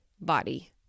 body